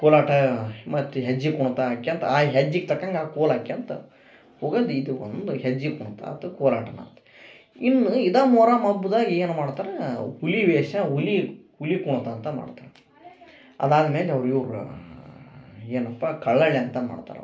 ಕೋಲಾಟ ಮತ್ತು ಹೆಜ್ಜೆ ಕುಣಿತ ಹಾಕ್ಯಂತಾ ಆ ಹೆಜ್ಜಿಗೆ ತಕ್ಕಂಗೆ ಆ ಕೋಲು ಹಾಕ್ಯಂತ ಹೋಗದ್ ಇದು ಒಂದು ಹೆಜ್ಜೆ ಕುಣಿತ ಆತು ಕೋಲಾಟನ ಆತು ಇನ್ನು ಇದ ಮೊಹರಮ್ ಹಬ್ದಾಗ್ ಏನು ಮಾಡ್ತಾರಾ ಹುಲಿ ವೇಷ ಹುಲಿ ಹುಲಿ ಕೊಣಿತ ಅಂತ ಮಾಡ್ತಾರ ಅದಾದ ಮೇಲೆ ಅವ್ರ ಯೋಗ್ರಾ ಏನಪ್ಪ ಕಳ್ಳಳ್ಳಿ ಅಂತ ಮಾಡ್ತಾರ ಅವ್ರು